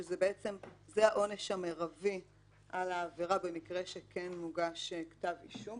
התשל"ז 1977‏: זה בעצם העונש המרבי על העבירה במקרה שכן מוגש כתב אישום,